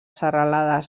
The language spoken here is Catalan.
serralades